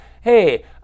hey